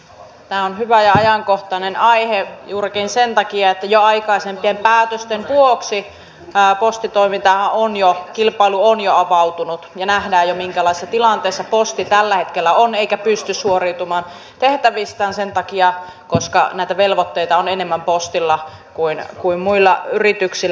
tämä on hyvä ja ajankohtainen aihe juurikin sen takia että jo aikaisempien päätösten vuoksi postitoiminnan kilpailu on avautunut ja nähdään jo minkälaisessa tilanteessa posti tällä hetkellä on eikä se pysty suoriutumaan tehtävistään sen takia että näitä velvoitteita on enemmän postilla kuin muilla yrityksillä